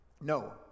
No